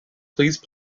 please